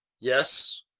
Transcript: yes?